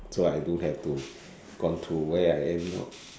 so I don't have to gone through where I am now